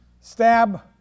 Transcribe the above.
stab